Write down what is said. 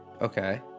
Okay